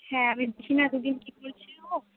হ্যাঁ দু দিন কি করছে ও